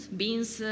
beans